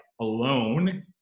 Alone